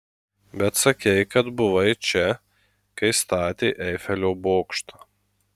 bet sakei kad buvai čia kai statė eifelio bokštą